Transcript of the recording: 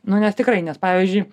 nu nes tikrai nes pavyzdžiui